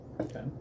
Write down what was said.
Okay